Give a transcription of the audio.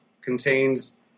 contains